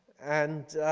and